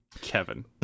Kevin